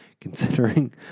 considering